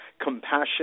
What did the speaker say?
compassion